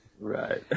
Right